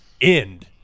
end